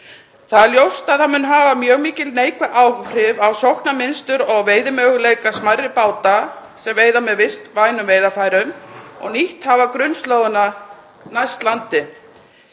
Það er ljóst að það mun hafa mjög mikil neikvæð áhrif á sóknarmynstur og veiðimöguleika smærri báta sem veiða með vistvænum veiðarfærum og nýtt hafa grunnslóðina næst landi.